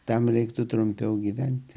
tam reiktų trumpiau gyventi